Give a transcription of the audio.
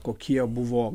kokie buvo